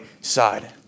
side